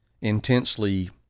intensely